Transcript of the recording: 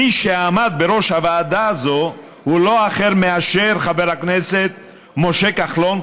מי שעמד בראש הוועדה הזו הוא לא אחר מאשר חבר הכנסת משה כחלון,